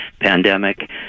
pandemic